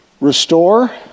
restore